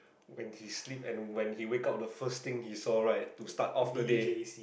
when he sleep and when he wake up the first thing he saw right to start off the day